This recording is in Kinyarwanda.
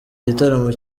igitaramo